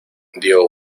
dio